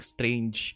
Strange